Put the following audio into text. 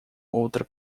outra